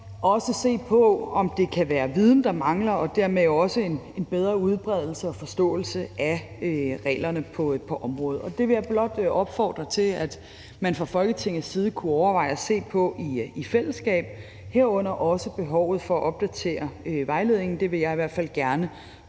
også se på, om det kan være viden, der mangler, og dermed også en bedre udbredelse og forståelse af reglerne på området. Det vil jeg blot opfordre til, at man fra Folketingets side kunne overveje at se på i fællesskab, herunder også på behovet for at opdatere vejledningen. Det vil jeg i hvert fald gerne